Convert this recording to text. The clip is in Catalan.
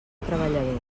treballador